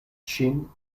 ŝin